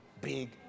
big